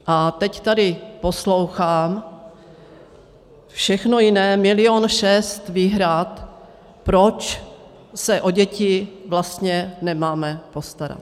A teď tady poslouchám všechno jiné, milion šest výhrad, proč se o děti vlastně nemáme postarat.